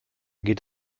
geht